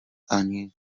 ani